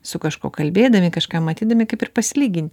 su kažkuo kalbėdami kažką matydami kaip ir pasilyginti